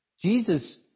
Jesus